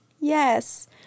Yes